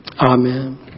Amen